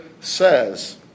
says